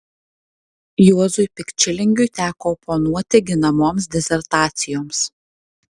juozui pikčilingiui teko oponuoti ginamoms disertacijoms